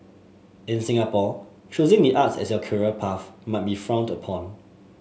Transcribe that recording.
in Singapore choosing the arts as your career path might be frowned upon